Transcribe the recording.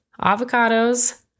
Avocados